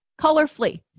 Colorfully